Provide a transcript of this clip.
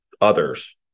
others